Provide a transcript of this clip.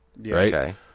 right